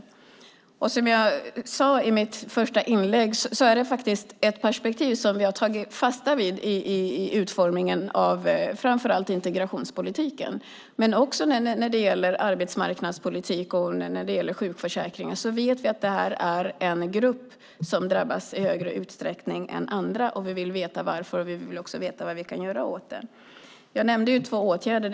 Som jag sade i mitt svar är detta ett perspektiv som vi har tagit fasta på i utformningen av framför allt integrationspolitiken men också arbetsmarknadspolitiken och det som gäller sjukförsäkringen. Vi vet att detta är en grupp som drabbas i större utsträckning än andra, och vi vill veta varför och vad vi kan göra åt det. Jag nämnde två åtgärder.